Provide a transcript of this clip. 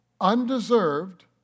undeserved